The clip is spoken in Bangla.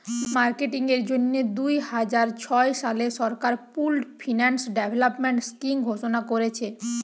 মার্কেটিং এর জন্যে দুইহাজার ছয় সালে সরকার পুল্ড ফিন্যান্স ডেভেলপমেন্ট স্কিং ঘোষণা কোরেছে